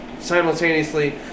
simultaneously